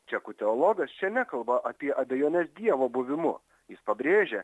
čekų teologas čia nekalba apie abejones dievo buvimu jis pabrėžia